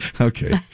Okay